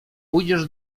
pójdziesz